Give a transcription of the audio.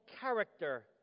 character